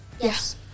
Yes